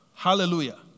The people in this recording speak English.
Hallelujah